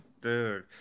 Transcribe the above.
Dude